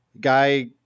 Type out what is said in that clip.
Guy